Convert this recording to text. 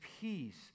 peace